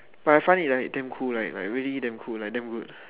but I find it like he damn cool like like really damn cool like damn good